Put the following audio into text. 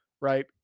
right